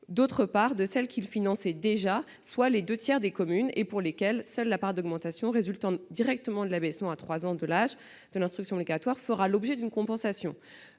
d'autre part, de celles qui les finançaient déjà- soit les deux tiers des communes -et pour lesquelles seule la part d'augmentation résultant directement de l'abaissement à 3 ans de l'âge de l'instruction obligatoire fera l'objet d'une compensation